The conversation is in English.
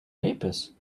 papers